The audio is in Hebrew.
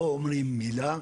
לא אומרים מילה,